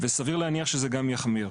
וסביר להניח שזה גם יחמיר.